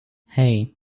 hey